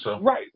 Right